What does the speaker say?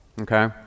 Okay